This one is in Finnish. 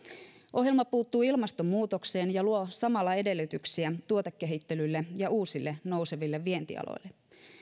ohjelma puuttuu ilmastonmuutokseen ja luo samalla edellytyksiä tuotekehittelylle ja uusille nouseville vientialoille